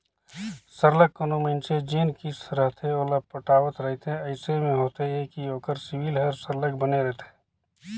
सरलग कोनो मइनसे जेन किस्त रहथे ओला पटावत रहथे अइसे में होथे ए कि ओकर सिविल हर सरलग बने रहथे